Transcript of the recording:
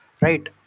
right